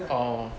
orh